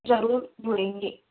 ضرور مُڑے گے